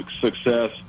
success